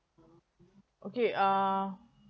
okay uh